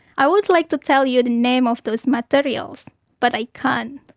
i would like to tell you the name of those materials but i can't,